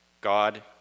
God